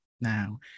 now